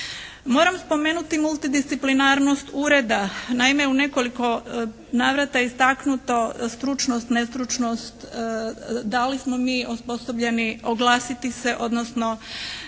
Moram spomenuti multidisciplinarnost ureda. Naime u nekoliko navrata istaknuto stručnost, nestručnost, da li smo mi osposobljeni oglasiti se, odnosno